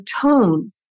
tone